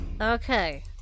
okay